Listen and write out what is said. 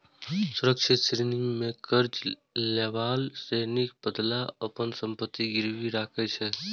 सुरक्षित ऋण मे कर्ज लएबला ऋणक बदला अपन संपत्ति गिरवी राखै छै